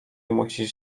musisz